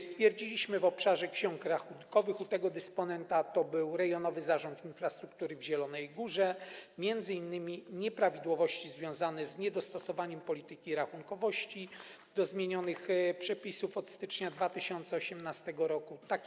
Stwierdziliśmy w obszarze ksiąg rachunkowych u tego dysponenta, a to był Rejonowy Zarząd Infrastruktury w Zielonej Górze, m.in. nieprawidłowości związane z niedostosowaniem polityki rachunkowości do zmienionych przepisów od stycznia 2018 r.